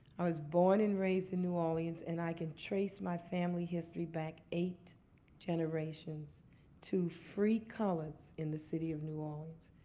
i was born and raised in new orleans. and i can trace my family history back eight generations to free coloreds in the city of new orleans.